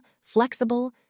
flexible